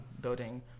building